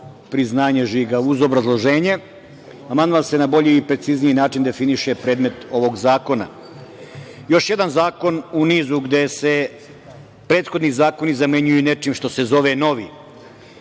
priznanje žiga, uz obrazloženje - amandman se na bolji i precizniji način definiše predmet ovog zakona. Još jedan zakon u nizu gde se prethodni zakoni zamenjuju nečim što se zove „novi“.